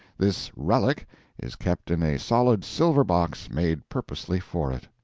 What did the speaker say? this relic is kept in a solid silver box made purposely for it.